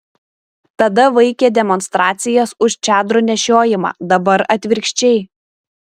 tada vaikė demonstracijas už čadrų nešiojimą dabar atvirkščiai